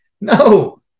No